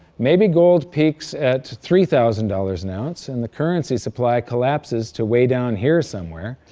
maybe gold peaks at three thousand dollars an ounce and the currency supply collapses to way down here somewhere,